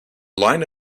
line